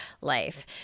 life